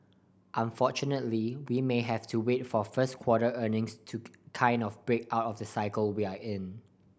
unfortunately we may have to wait for first quarter earnings to kind of break out of the cycle we're in